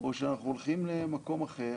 או שאנחנו הולכים למקום אחר,